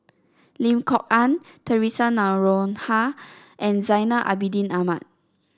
Lim Kok Ann Theresa Noronha and Zainal Abidin Ahmad